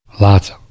Lots